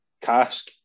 cask